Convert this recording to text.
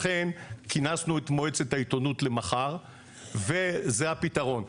לכן כינסנו את מועצת העיתונות למחר וזה הפתרון.